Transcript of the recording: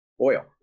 oil